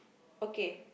okay